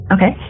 Okay